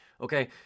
Okay